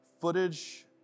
Footage